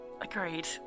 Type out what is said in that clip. Agreed